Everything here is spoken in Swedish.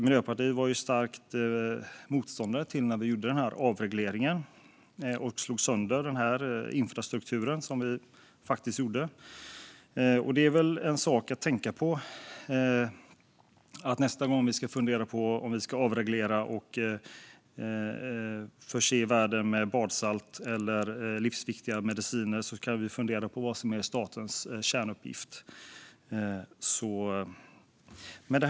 Miljöpartiet var starkt emot denna avreglering och att denna infrastruktur skulle slås sönder. Så nästa gång man funderar på om man ska avreglera och förse Sverige med badsalt eller livsviktiga mediciner kan man fundera på vad som är statens kärnuppgift.